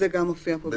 זה גם מופיע פה בתיקון.